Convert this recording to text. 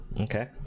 Okay